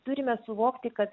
turime suvokti kad